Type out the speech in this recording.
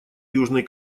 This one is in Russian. южный